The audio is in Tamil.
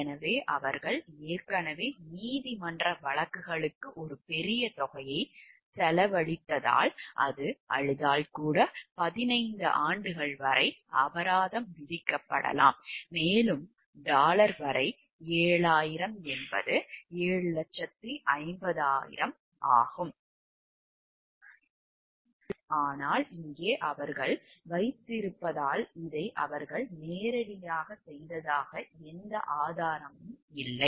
எனவே அவர்கள் ஏற்கனவே நீதிமன்ற வழக்குகளுக்கு ஒரு பெரிய தொகையை செலவழித்ததால் அது அழுதால் கூட 15 ஆண்டுகள் வரை அபராதம் விதிக்கப்படலாம் மேலும் டாலர் வரை 7000 என்பது 750000 ஆகும் ஆனால் இங்கே அவர்கள் வைத்திருப்பதால் இதை அவர்கள் நேரடியாக செய்ததாக எந்த ஆதாரமும் இல்லை